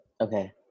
Okay